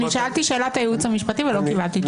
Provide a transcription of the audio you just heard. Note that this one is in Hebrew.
שאלתי שאלה את הייעוץ המשפטי ולא קיבלתי תשובה.